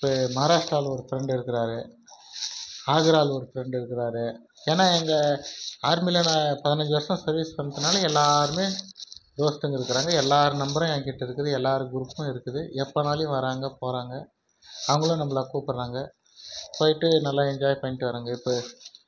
இப்போ மஹாராஷ்ட்ராவில் ஒரு ஃப்ரெண்டு இருக்கிறாரு ஆக்ராவில் ஒரு ஃப்ரெண்டு இருக்கிறாரு ஏன்னால் எங்கள் ஆர்மியில் நான் பதினஞ்சு வருஷம் சர்வீஸ் பண்ணிட்டனால எல்லோருமே தூரத்தில் இருக்கிறாங்க எல்லோர் நம்பரும் என் கிட்ட இருக்குது எல்லார் குரூப்பும் இருக்குது எப்பனாலிம் வராங்கா போகிறாங்க அவங்களும் நம்பளை கூப்பிட்றாங்க போய்விட்டு நல்லா என்ஜாய் பண்ணிட்டு வர்றேங்க இப்போ